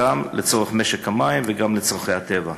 גם לצורך משק המים וגם לצורכי הטבע.